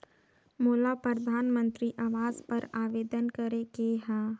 मोला परधानमंतरी आवास बर आवेदन करे के हा?